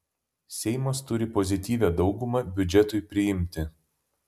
seimas turi pozityvią daugumą biudžetui priimti